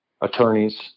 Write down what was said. attorneys